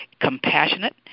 compassionate